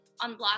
unblock